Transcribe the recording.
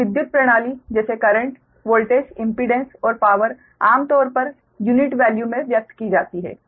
तो विद्युत प्रणाली जैसे करेंट वोल्टेज इम्पीडेंस और पावर आमतौर पर पर यूनिट वैल्यू में व्यक्त की जाती हैं